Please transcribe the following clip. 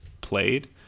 played